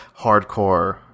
hardcore